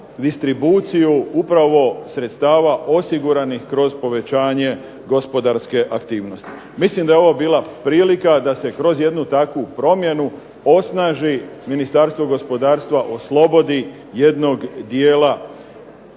distribuciju upravo sredstava osiguranih kroz povećanje gospodarske aktivnosti. Mislim da je ovo bila prilika da se kroz jednu takvu promjenu osnaži Ministarstvo gospodarstva oslobodi jednog dijela